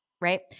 Right